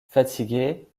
fatiguée